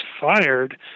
fired